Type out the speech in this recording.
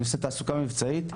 אני עושה תעסוקה מבצעית,